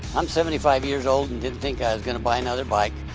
i'm seventy five years old and didn't think i was going to buy another bike.